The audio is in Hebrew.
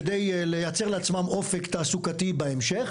כדי לייצר לעצמם אופק תעסוקתי בהמשך